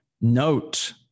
Note